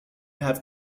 have